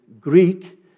Greek